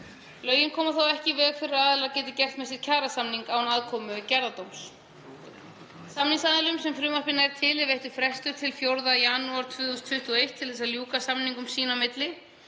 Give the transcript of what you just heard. Lögin koma þó ekki í veg fyrir að aðilar geti gert með sér kjarasamning án aðkomu gerðardóms. Samningsaðilum sem frumvarpið nær til er veittur frestur til 4. janúar 2021 til að ljúka samningum sín á milli.